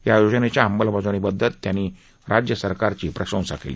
या योजनेच्या अंमलबजावणीबद्दल त्यांनी राज्य सरकारची प्रशंसा केली